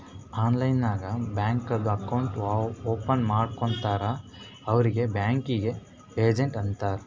online ನಾಗ್ ಬ್ಯಾಂಕ್ದು account open ಮಾಡ್ಕೊಡ್ತಾರ್ ಅವ್ರಿಗ್ ಬ್ಯಾಂಕಿಂಗ್ ಏಜೆಂಟ್ ಅಂತಾರ್